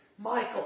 Michael